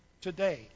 today